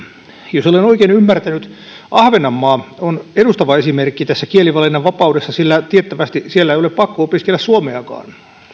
jos olen oikein ymmärtänyt ahvenanmaa on edustava esimerkki tässä kielivalinnan vapaudessa sillä tiettävästi siellä ei ole pakko opiskella suomeakaan